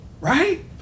Right